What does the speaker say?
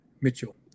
Mitchell